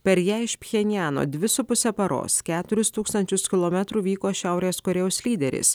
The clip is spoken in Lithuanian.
per ją iš pjenjano dvi su puse paros keturis tūkstančius kilometrų vyko šiaurės korėjos lyderis